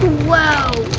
whoa.